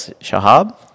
shahab